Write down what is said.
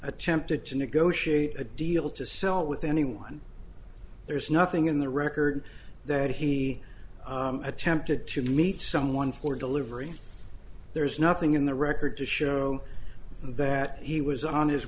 attempted to negotiate a deal to sell with anyone there's nothing in the record that he attempted to meet someone for delivery there's nothing in the record to show that he was on his